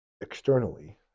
externally